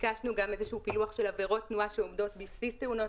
ביקשנו גם איזשהו פילוח של עבירות תנועה שעומדות בבסיס תאונות